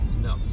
No